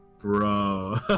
bro